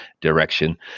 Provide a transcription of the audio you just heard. direction